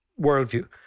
worldview